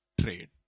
trade